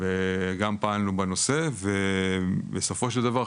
וגם פעלנו בנושא ובסופו של דבר,